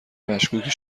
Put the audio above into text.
مشکوکی